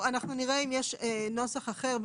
אנחנו נראה אם יש נוסח אחר.